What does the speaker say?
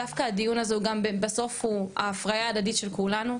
דווקא הדיון הזה הוא גם בסוף הוא הפריה הדדית של כולנו,